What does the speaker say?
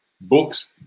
books